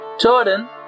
Jordan